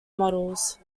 models